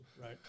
Right